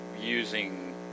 using